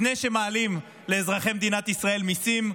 לפני שמעלים לאזרחי מדינת ישראל מיסים,